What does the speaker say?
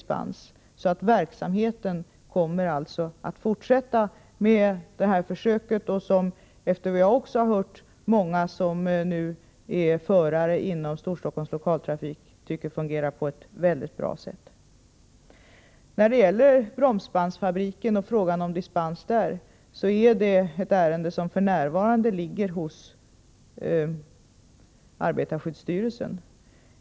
Så den här försöksverksamheten kommer alltså att forsätta. Efter vad vi också hört tycker många förare inom Storstockholms Lokaltrafik att de fungerar mycket bra. När det gäller bromsbandsfabriken och frågan om dispens ligger ärendet för närvarande hos arbetarskyddsstyrelsen.